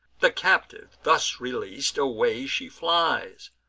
the captive thus releas'd, away she flies,